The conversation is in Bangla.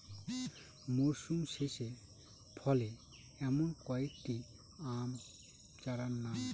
মরশুম শেষে ফলে এমন কয়েক টি আম চারার নাম?